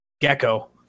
gecko